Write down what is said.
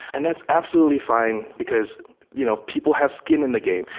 and that's absolutely fine, because you know people have skin in the game.